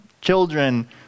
children